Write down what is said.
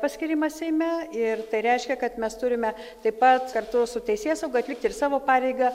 paskyrimas seime ir tai reiškia kad mes turime taip pat kartu su teisėsauga atlikti ir savo pareigą